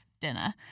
dinner